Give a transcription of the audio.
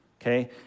okay